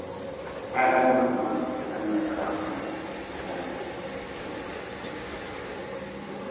ᱦᱮᱸ ᱦᱮᱸ ᱢᱟ ᱢᱟ ᱟᱭᱢᱟ ᱥᱟᱨᱦᱟᱣ ᱦᱮᱸ ᱦᱮᱸ ᱢᱟ ᱦᱮᱸ ᱴᱷᱤᱠ ᱜᱮᱭᱟ